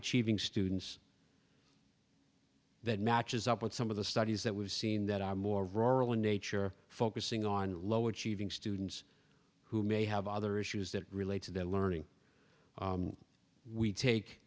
achieving students that matches up with some of the studies that we've seen that are more rural in nature focusing on low achieving students who may have other issues that relate to their learning